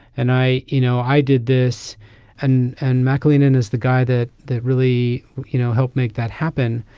and i you know i did this and and mcclennan is the guy that that really you know helped make that happen.